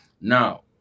Now